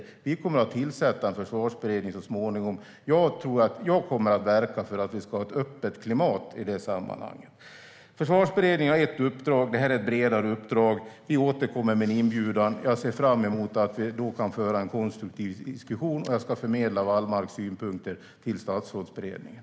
Vi kommer så småningom att tillsätta en försvarsberedning, och jag kommer att verka för att vi ska ha ett öppet klimat i det sammanhanget. Försvarsberedningen har ett uppdrag. Det här är ett bredare uppdrag. Vi återkommer med en inbjudan. Jag ser fram emot att vi då kan föra en konstruktiv diskussion, och jag ska förmedla Wallmarks synpunkter till Statsrådsberedningen.